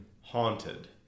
Haunted